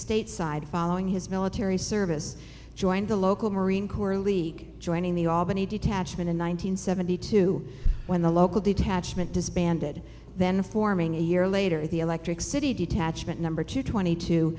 stateside following his military service joined the local marine corps league joining the albany detachment in one thousand nine hundred seventy two when the local detachment disbanded then forming a year later the electric city detachment number two twenty two